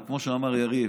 וכמו שאמר יריב: